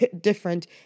different